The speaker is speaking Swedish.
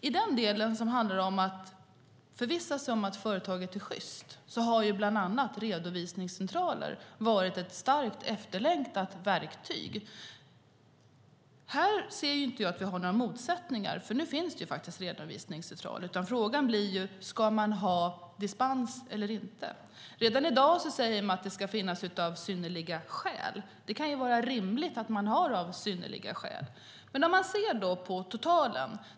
I den del som handlar om att förvissa sig om att företaget är sjyst har bland annat redovisningscentraler varit ett starkt efterlängtat verktyg. Där ser jag inte att det finns några motsättningar, för nu finns det faktiskt redovisningscentral, utan frågan blir: Ska man ha dispens eller inte? Redan i dag säger man att det ska finnas synnerliga skäl. Det kan vara rimligt att ha den formuleringen. Man kan se på totalen.